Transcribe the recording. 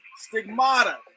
Stigmata